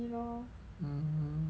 mm